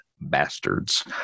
bastards